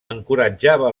encoratjava